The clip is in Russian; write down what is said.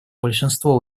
большинство